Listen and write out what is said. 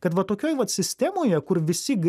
kad va tokioj vat sistemoje kur visi